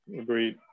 agreed